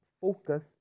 focus